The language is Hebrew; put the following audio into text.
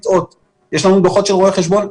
יש לנו דוחות של רואי חשבון,